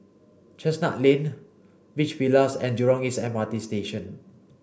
Chestnut Lane Beach Villas and Jurong East M R T Station